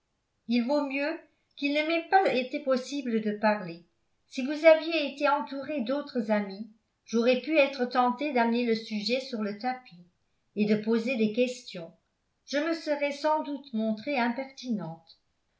il vaut mieux qu'il ne m'ait pas été possible de parler si vous aviez été entourée d'autres amis j'aurais pu être tentée d'amener le sujet sur le tapis et de poser des questions je me serais sans doute montrée impertinente